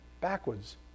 Backwards